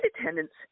attendants